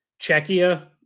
Czechia